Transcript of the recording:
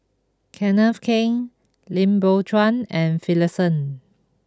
Kenneth Keng Lim Biow Chuan and Finlayson